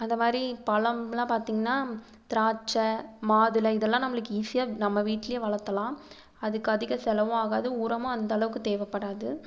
அந்த மாதிரி பழம்லாம் பார்த்திங்கன்னா திராட்சை மாதுளை இதெல்லாம் நம்மளுக்கு ஈஸியாக நம்ம வீட்டிலேயே வளத்தலாம் அதுக்கு அதிக செலவும் ஆகாது உரமும் அந்தளவுக்கு தேவைப்படாது